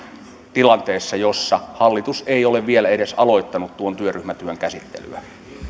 tilanteessa jossa hallitus ei ole vielä edes aloittanut tuon työryhmätyön käsittelyä